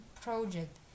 project